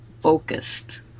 focused